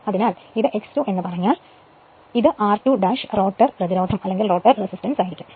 അതിനാൽ ഇത് x 2 എന്ന് പറഞ്ഞാൽ ഇത് r2 റോട്ടർ പ്രതിരോധo ആണ്